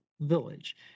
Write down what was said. village